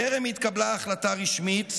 טרם התקבלה החלטה רשמית,